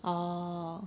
oh